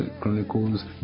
Chronicles